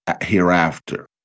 hereafter